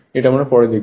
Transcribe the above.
এটি আমরা পরে দেখব